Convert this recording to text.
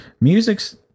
music's